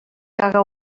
caga